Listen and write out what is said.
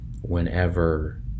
whenever